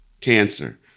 cancer